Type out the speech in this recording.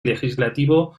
legislativo